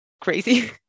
crazy